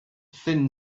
thin